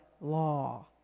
law